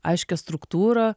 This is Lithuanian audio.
aiškią struktūrą